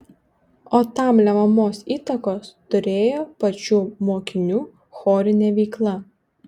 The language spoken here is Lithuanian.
o tam lemiamos įtakos turėjo pačių mokinių chorinė veikla